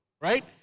right